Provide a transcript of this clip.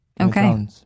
Okay